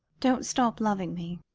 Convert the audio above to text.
don't stop loving me.